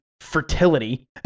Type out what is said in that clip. fertility